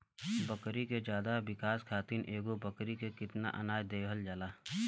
बकरी के ज्यादा विकास खातिर एगो बकरी पे कितना अनाज देहल जाला?